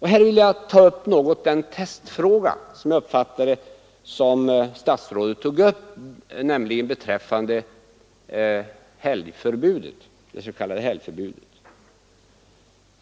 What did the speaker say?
Här vill jag något litet beröra den testfråga som jag uppfattade att statsrådet tog upp, nämligen beträffande det s.k. helgförbudet.